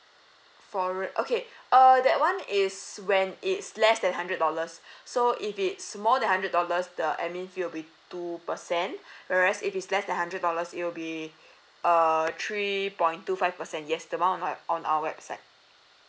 for okay uh that one is when it's less than hundred dollars so if it's more than hundred dollars the admin fee will be two percent whereas if it's less than hundred dollars it'll be err three point two five percent yes the amount on our website